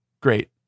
great